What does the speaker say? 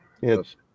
Yes